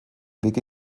wege